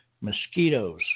Mosquitoes